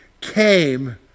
came